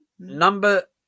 Number